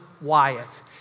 Wyatt